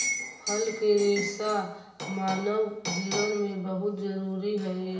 फल के रेसा मानव जीवन में बहुत जरूरी हई